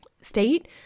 state